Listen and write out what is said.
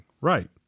right